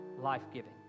life-giving